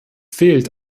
fehlt